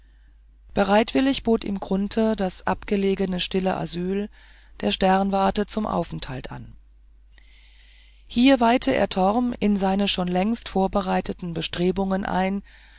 bereitwillig bot ihm grunthe das abgelegene stille asyl der sternwarte zum aufenthalt an hier weihte er torm in seine schon längst vorbereiteten bestrebungen ein